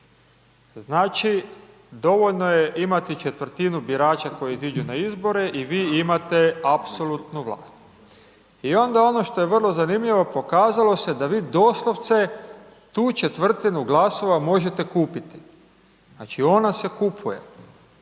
Znači, dovoljno je imati četvrtinu birača koji iziđu na izbore i vi imate apsolutnu vlast. I onda ono što je vrlo zanimljivo, pokazalo se da vi doslovce tu četvrtinu glasova možete kupiti. Znači ona se kupuje.